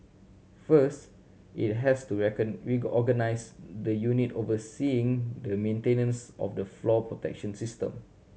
first it has to reorganised the unit overseeing the maintenance of the flood protection system